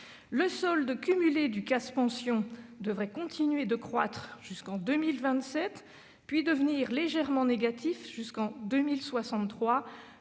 Le solde cumulé du CAS « Pensions » devrait continuer de croître jusqu'en 2027, puis devenir légèrement négatif jusqu'en 2063,